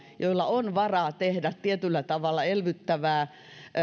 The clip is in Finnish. joilla on varaa tehdä tietyllä tavalla elvyttävää